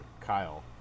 Kyle